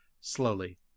slowly